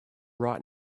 right